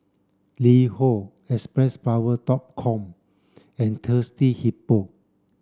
LiHo Xpressflower dot com and Thirsty Hippo